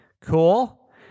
Cool